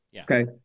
Okay